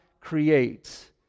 creates